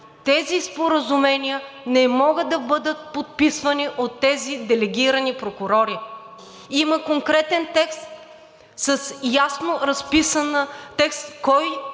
Тези споразумения не могат да бъдат подписвани от тези делегирани прокурори. Има конкретен текст с ясно разписан текст кой